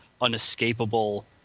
unescapable